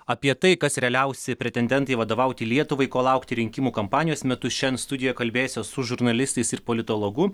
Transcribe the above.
apie tai kas realiausi pretendentai vadovauti lietuvai ko laukti rinkimų kampanijos metu šian studijoje kalbėsiuos su žurnalistais ir politologu